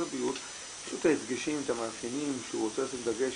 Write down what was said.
הבריאות יש את הדגשים והמאפיינים שהוא רוצה לשים עליהם דגש,